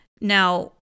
Now